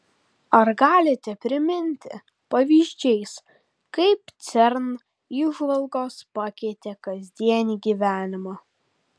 ar galite priminti pavyzdžiais kaip cern įžvalgos pakeitė kasdienį gyvenimą